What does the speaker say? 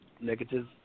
negative